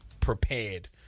Prepared